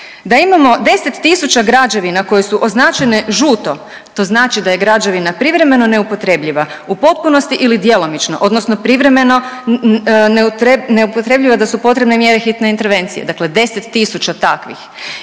da imamo 10 tisuća građevina koje su označene žuto, to znači da je građevina privremeno neupotrebljiva, u potpunosti ili djelomično odnosno privremeno neupotrebljiva da su potrebne mjere hitne intervencije, dakle 10 tisuća takvih